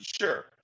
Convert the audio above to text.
Sure